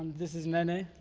this is nanae.